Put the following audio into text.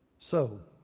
so